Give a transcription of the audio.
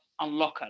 unlocker